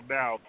now